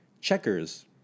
Checkers